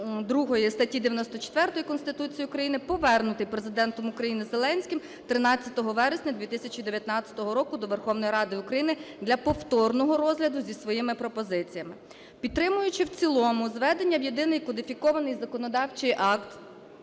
статті 94 Конституції України повернутий Президентом України Зеленським 13 вересня 2019 року до Верховної Ради України для повторного розгляду зі своїми пропозиціями. Підтримуючи в цілому зведення в єдиний кодифікований законодавчий акт